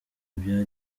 byari